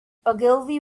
ogilvy